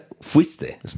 fuiste